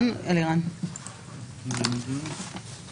לא נראה